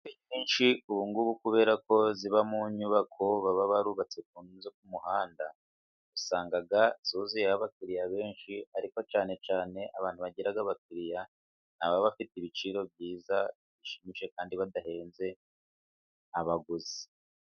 Ubungubu kubera ko ziba mu nyubako baba barubatse ku nzu zo ku muhanda, usanga zuzuye abakiriya benshi, ariko cyane cyane abantu bagira abakiriya ni ababa bafite ibiciro byiza bishimishije, kandi badahenze abaguzi.